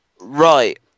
Right